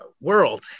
world